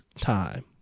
time